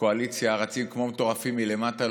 הקואליציה רצים כמו מטורפים מלמטה,